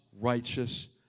righteous